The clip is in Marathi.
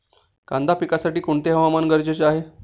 कांदा पिकासाठी कोणते हवामान गरजेचे आहे?